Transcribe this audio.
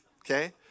Okay